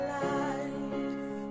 life